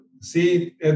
See